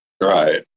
right